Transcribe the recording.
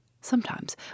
sometimes